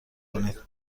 کنید